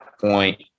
point